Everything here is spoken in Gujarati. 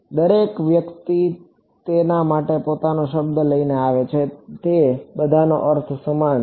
દરેક વ્યક્તિ તેના માટે પોતાનો શબ્દ લઈને આવે છે તે બધાનો અર્થ સમાન છે